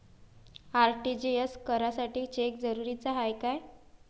RTGS करासाठी cheque जरुरीचा हाय काय?